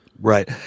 Right